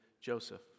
Joseph